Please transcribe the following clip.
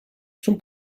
zum